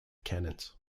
cannons